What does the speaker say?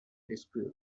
dispute